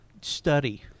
study